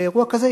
לאירוע כזה,